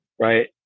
right